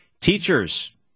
Teachers